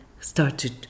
started